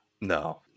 No